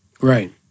Right